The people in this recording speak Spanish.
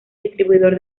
distribuidor